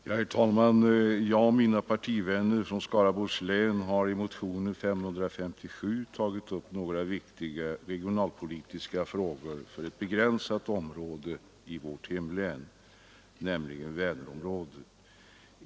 Herr talman! Jag och mina partivänner från Skaraborgs län har i motionen 557 tagit upp några viktiga regionalpolitiska frågor för ett begränsat område i vårt hemlän, nämligen Vänerområdet.